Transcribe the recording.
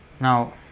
Now